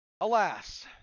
Alas